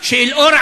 אוהו,